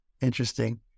interesting